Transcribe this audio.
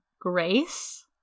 grace